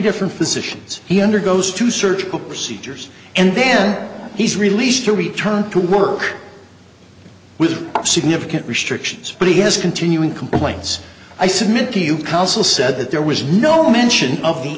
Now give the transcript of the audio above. different positions he undergoes to search the procedures and then he's released to return to work with significant restrictions but he has continuing complaints i submit to you counsel said that there was no mention of the